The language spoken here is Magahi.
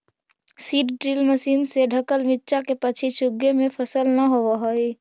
सीड ड्रिल मशीन से ढँकल बीचा के पक्षी चुगे में सफल न होवऽ हई